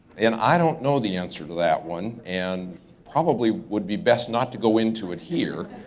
and i don't know the answer to that one. and probably would be best not to go into it here.